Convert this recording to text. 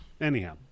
Anyhow